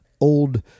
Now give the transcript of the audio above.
old